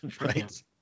Right